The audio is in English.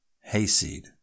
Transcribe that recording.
Hayseed